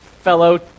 fellow